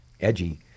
edgy